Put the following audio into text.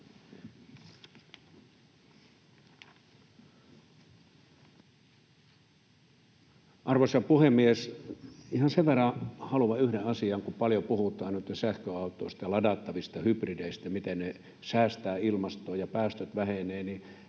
Arvoisa puhemies! Ihan sen verran haluan yhden asian sanoa, että kun paljon puhutaan nyt sähköautoista ja ladattavista hybrideistä ja siitä, miten ne säästävät ilmastoa ja päästöt vähenevät,